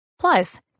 Plus